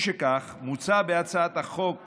משכך, בהצעת החוק הנדונה,